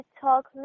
talk